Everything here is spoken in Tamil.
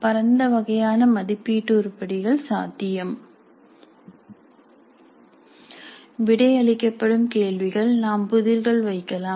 பரந்த வகையான மதிப்பீட்டு உருப்படிகள் சாத்தியம் விடை அளிக்கப்படும் கேள்விகள் நாம் புதிர்களை வைக்கலாம்